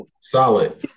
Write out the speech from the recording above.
Solid